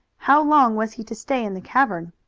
how long was he to stay in the cavern?